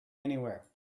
anywhere